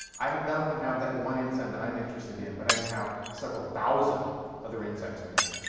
i not only have that one enzyme that i'm interested in, but i have several thousand other enzymes in there.